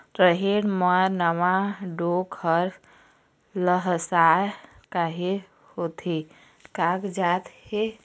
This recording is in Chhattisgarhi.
रहेड़ म नावा डोंक हर लसलसा काहे होथे कागजात हे?